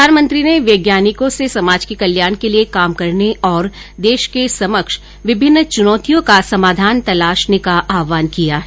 प्रधानमंत्री ने वैज्ञानिकों से समाज के कल्याण के लिए काम करने और देश के समक्ष विभिन्न च्नौतियों का समाधान तलाशने का आहवान किया है